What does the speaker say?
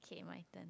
okay my turn